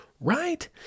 right